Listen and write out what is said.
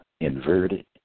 inverted